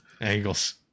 Angles